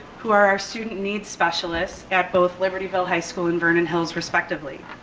who are our student needs specialists at both libertyville high school and vernon hills respectively.